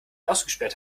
ausgesperrt